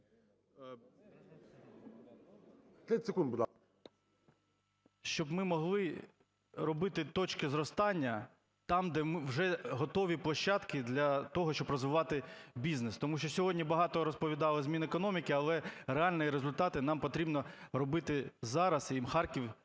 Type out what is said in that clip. …щоб ми могли робити точки зростання там, де вже готові площадки для того, щоб розвивати бізнес. Тому що сьогодні багато розповідали з Мінекономіки, але реальні результати нам потрібно робити зараз, і Харків